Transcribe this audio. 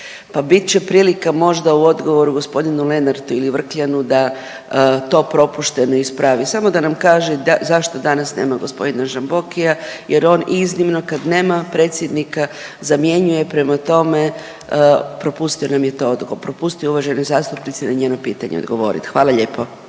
bit će prilika možda u odgovoru g. Lenartu ili Vrkljanu da to propušteno ispravi, samo da nam kaže zašto danas nema g. Žambokija jer on iznimno kad nema predsjednika zamjenjuje, prema tome, propustio nam je to, propustio je uvaženoj zastupnici na njeno pitanje odgovoriti. Hvala lijepo.